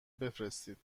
بفرستید